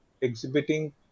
exhibiting